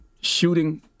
shooting